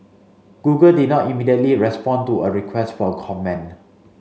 Google did not immediately respond to a request for comment